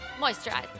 Moisturize